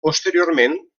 posteriorment